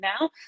now